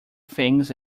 things